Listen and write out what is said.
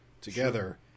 together